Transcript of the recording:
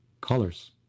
colors